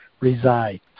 reside